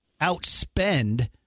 outspend